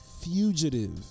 fugitive